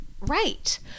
right